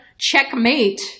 Checkmate